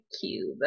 cube